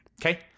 Okay